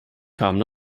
kamen